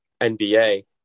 NBA